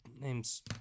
name's